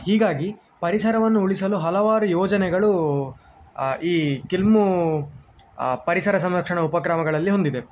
ಹೀಗಾಗಿ ಪರಿಸರವನ್ನು ಉಳಿಸಲು ಹಲವಾರು ಯೋಜನೆಗಳು ಈ ಕಿಲ್ಮು ಪರಿಸರ ಸಂರಕ್ಷಣಾ ಉಪಕ್ರಮಗಳಲ್ಲಿ ಹೊಂದಿದೆ